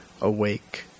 awake